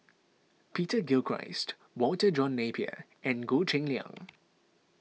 Peter Gilchrist Walter John Napier and Goh Cheng Liang